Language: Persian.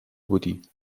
بودی